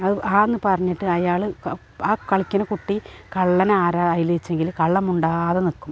ആന്ന് പറഞ്ഞിട്ട് അയാൾ ആ കളിക്കണ കുട്ടി കള്ളൻ ആരായിലെച്ചെങ്കിൽ കള്ളൻ മുണ്ടാതെ നിൽക്കും